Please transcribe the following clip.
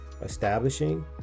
establishing